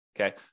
okay